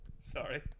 sorry